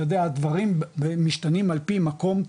אתה יודע הדברים משתנים על פי מקום,